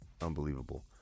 Unbelievable